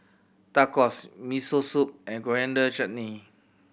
Tacos Miso Soup and Coriander Chutney